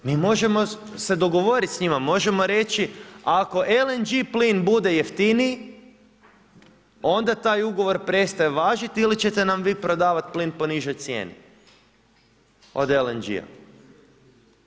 Mi možemo se dogovoriti s njima, možemo reći ako LNG plin bude jeftiniji, onda taj ugovor prestaje važiti ili ćete nam vi prodavati plin po nižoj cijenio od LNG-a.